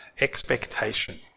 expectation